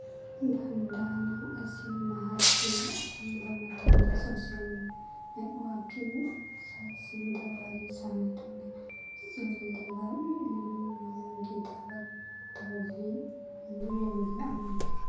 ꯚꯟꯗꯥꯅ ꯑꯁꯤ ꯃꯍꯥꯛꯀꯤ ꯑꯁꯪꯕ ꯃꯇꯝꯗ ꯁꯣꯁꯦꯜ ꯅꯦꯠꯋꯥꯀꯤꯡ ꯁꯥꯏꯠꯁꯤꯡꯗ ꯋꯥꯔꯤ ꯁꯥꯟꯅꯗꯨꯅ ꯆꯦꯜꯤꯕ ꯏꯃꯨꯡ ꯃꯅꯨꯡꯒꯤ ꯊꯕꯛ ꯇꯧꯕꯤ ꯌꯨꯝꯕꯨꯔꯦꯝꯕꯤ ꯑꯃꯅꯤ